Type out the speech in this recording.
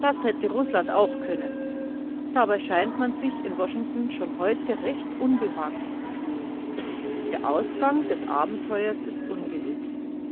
das hätte rußland auch können dabei scheint man sich in washington schon heute recht unbehaglich zu fühlen der ausgang des abenteuers ist ungewiß